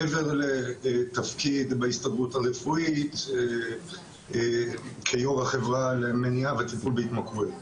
מעבר לתפקיד בהסתדרות הרפואית כיו"ר החברה למניעה וטיפול בהתמכרויות.